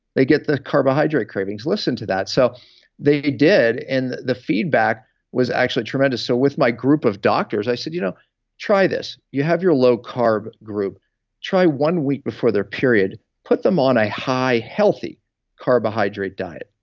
they get their carbohydrate cravings. listen to that. so they did, and the feedback was actually tremendous. so with my group of doctors, i said, you know try this. you have your low carb group try one week before their period. put them on a high healthy carbohydrate diet.